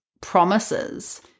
promises